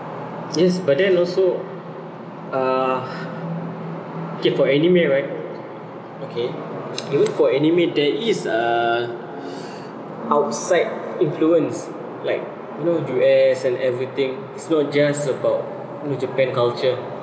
yes but then also uh (okay for anime right okay for anime there is uh outside influence like you know U S and everything it's not just about know japan culture